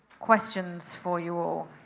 questions for you all.